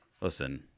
listen